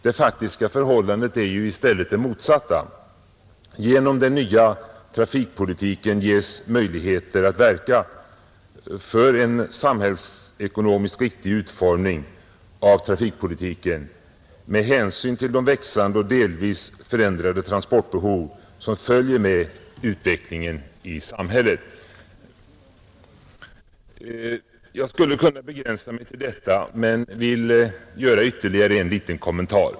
Det faktiska förhållandet är i stället det motsatta; genom den nya trafikpolitiken ges möjligheter att verka för en samhällsekonomiskt riktig utformning av trafikpolitiken med hänsyn till de växande och delvis förändrade transportbehov som följer med utvecklingen i samhället. Jag skulle kunna begränsa mig till detta men vill göra ytterligare en liten kommentar.